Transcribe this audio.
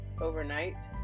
overnight